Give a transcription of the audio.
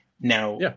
Now